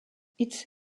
its